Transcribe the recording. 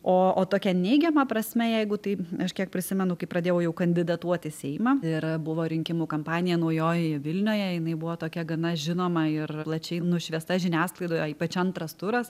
o o tokia neigiama prasme jeigu tai aš kiek prisimenu kai pradėjau jau kandidatuoti į seimą ir buvo rinkimų kampanija naujoji vilnioje jinai buvo tokia gana žinoma ir plačiai nušviesta žiniasklaidoje ypač antras turas